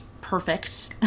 perfect